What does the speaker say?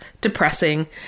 depressing